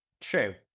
True